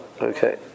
okay